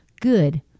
Good